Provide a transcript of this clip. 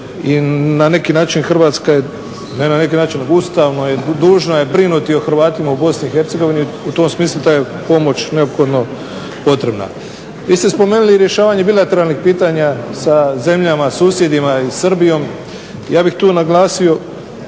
I na neki način Hrvatska je, ne na neki način nego ustavno je, dužna je brinuti o Hrvatima u Bosni i Hercegovini u tom smislu ta je pomoć neophodno potrebna. Vi ste spomenuli i rješavanje bilateralnih pitanja sa zemljama susjedima i Srbijom. Ja bih tu naglasio